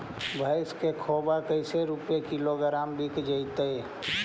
भैस के खोबा कैसे रूपये किलोग्राम बिक जइतै?